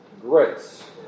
grace